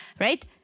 right